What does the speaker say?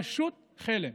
פשוט חלם.